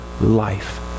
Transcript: life